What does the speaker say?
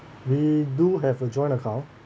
we do have a joint account